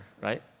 right